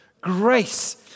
grace